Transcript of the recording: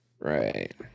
Right